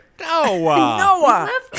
Noah